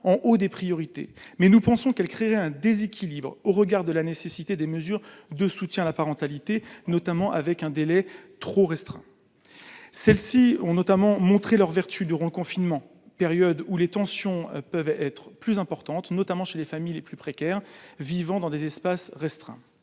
en haut des priorités mais nous pensons qu'elle crée un déséquilibre au regard de la nécessité des mesures de soutien à la parentalité, notamment avec un délai trop restreint, celles-ci ont notamment montré leurs vertus du grand confinement, période où les tensions peuvent être plus importantes, notamment chez les familles les plus précaires vivant dans des espaces restreints.